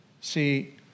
See